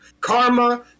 karma